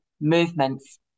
movements